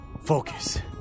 Focus